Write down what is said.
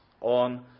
on